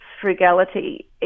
frugality